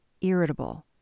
irritable